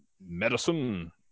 medicine